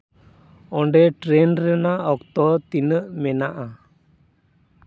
ᱚᱸᱰᱮ ᱴᱨᱮᱱ ᱨᱮᱱᱟᱜ ᱚᱠᱛᱚ ᱛᱤᱱᱟᱹᱜ ᱢᱮᱱᱟᱜᱼᱟ